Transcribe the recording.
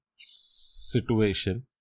Situation